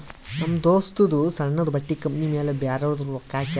ನಮ್ ದೋಸ್ತದೂ ಸಣ್ಣುದು ಬಟ್ಟಿ ಕಂಪನಿ ಮ್ಯಾಲ ಬ್ಯಾರೆದವ್ರು ರೊಕ್ಕಾ ಹಾಕ್ಯಾರ್